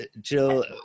Jill